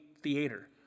theater